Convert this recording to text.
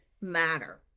matter